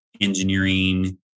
engineering